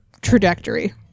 trajectory